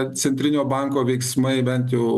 centrinio banko veiksmai bent jau